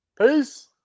Peace